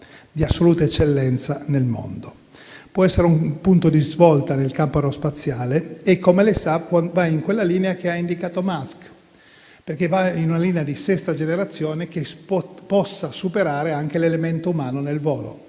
di assoluta eccellenza nel mondo. Può essere un punto di svolta nel campo aerospaziale che, come lei sa, va in quella linea che ha indicato Elon Musk, perché va in una linea di sesta generazione che possa superare anche l'elemento umano nel volo,